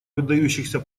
выдающихся